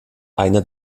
einer